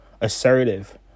assertive